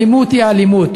אלימות היא אלימות.